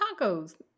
tacos